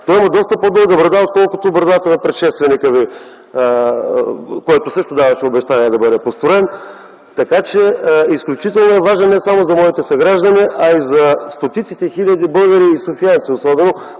Той има доста по-дълга брада, отколкото брадата на предшественика Ви, който също даваше обещания да бъде построен. Така че, изключително е важен не само за моите съграждани, а и за стотиците хиляди българи, софиянци особено,